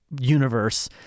universe